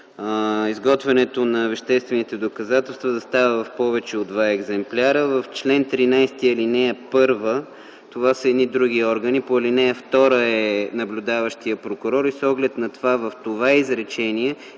изготвянето на веществените доказателства да става в повече от два екземпляра. В чл. 13, ал. 1 - това са едни други органи, по ал. 2 е наблюдаващият прокурор, с оглед на което в това и